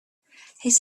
his